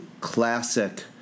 classic